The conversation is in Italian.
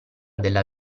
della